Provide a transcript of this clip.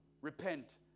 repent